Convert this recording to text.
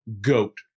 goat